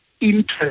interest